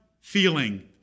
feeling